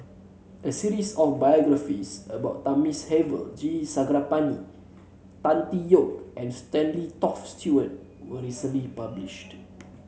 a series of biographies about Thamizhavel G Sarangapani Tan Tee Yoke and Stanley Toft Stewart was recently published